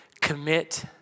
commit